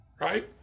Right